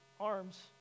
arms